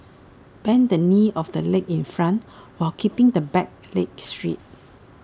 bend the knee of the leg in front while keeping the back leg straight